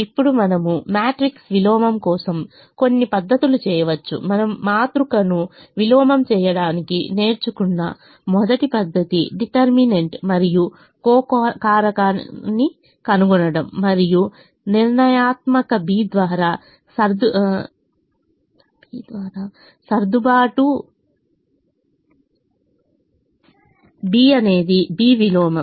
ఇప్పుడు మనము మ్యాట్రిక్స్ విలోమం కోసం కొన్ని పద్ధతులు చేయవచ్చు మనము మాతృకను విలోమం చేయడానికి నేర్చుకున్న మొదటి పద్ధతి డిటర్మినెంట్ మరియు కో కారకాన్ని కనుగొనడం మరియు నిర్ణయాత్మక B ద్వారా సర్దుబాటు B అనేది B విలోమం